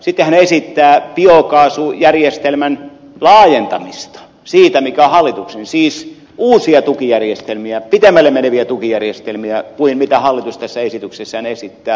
sitten hän esittää biokaasujärjestelmän laajentamista siis uusia tukijärjestelmiä pitemmälle meneviä tukijärjestelmiä kuin hallitus tässä esityksessään esittää